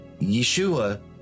Yeshua